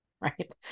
Right